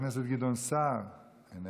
חבר הכנסת גדעון סער, איננו,